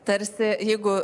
tarsi jeigu